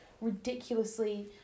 ridiculously